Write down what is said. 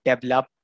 develop